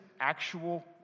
actual